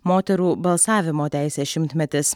moterų balsavimo teisės šimtmetis